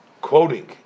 quoting